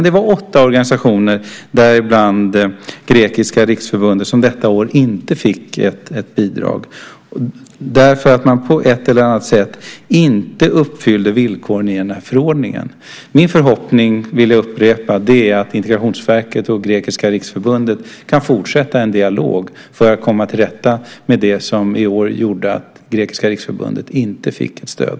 Det var 8 organisationer, däribland Grekiska Riksförbundet, som detta år inte fick ett bidrag eftersom man på ett eller annat sätt inte uppfyllde villkoren i förordningen. Min förhoppning, vill jag upprepa, är att Integrationsverket och Grekiska Riksförbundet kan fortsätta en dialog för att komma till rätta med det som i år gjorde att Grekiska Riksförbundet inte fick något stöd.